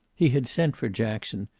he had sent for jackson,